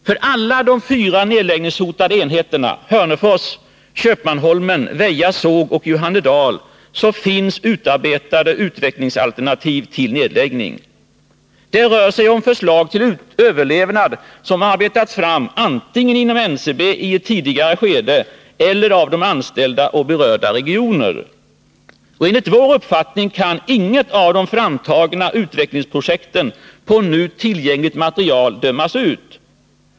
För alla de fyra nedläggningshotade enheterna — Hörnefors, Köpmanholmen, Väja såg och Johannedal — finns utarbetade utvecklingsalternativ till nedläggning. Det rör sig om förslag till överlevnad som arbetats fram antingen inom NCB i ett tidigare skede eller av de anställda i berörda regioner. Enligt vår uppfattning kan inget av de framtagna utvecklingsprojekten på nu tillgängligt material dömas ut.